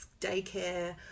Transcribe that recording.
daycare